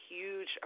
huge